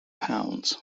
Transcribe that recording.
pounds